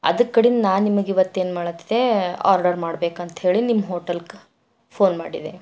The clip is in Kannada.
ಆದ ಕಡಿಂದ ನಾನು ನಿಮಗೆ ಇವತ್ತು ಏನು ಮಾಡತ್ತಿದ್ದೆ ಆರ್ಡರ್ ಮಾಡ್ಬೇಕಂತ ಹೇಳಿ ನಿಮ್ಮ ಹೋಟೆಲ್ಗೆ ಫೋನ್ ಮಾಡಿದೇನೆ